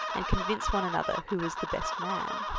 and convince one another who was the best man.